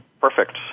Perfect